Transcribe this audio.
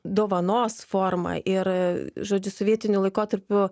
dovanos forma ir žodžiu sovietiniu laikotarpiu